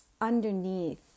underneath